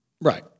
Right